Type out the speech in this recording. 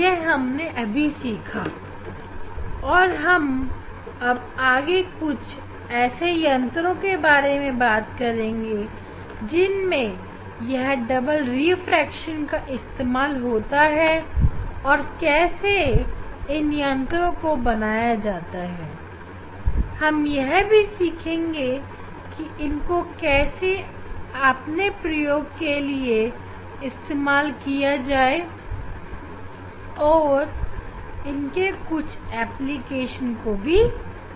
यह हमने अभी सीखा और अब हम आगे कुछ ऐसे यंत्रों के बारे में बात करेंगे जिनमें यह डबल रिफ्रैक्शन का इस्तेमाल होता है और कैसे इन यंत्रों को बनाया जाता है हम यह भी सीखेंगे कि इनको कैसे अपने प्रयोग के लिए इस्तेमाल किया जाए और इनके कुछ एप्लीकेशन को भी देखेंगे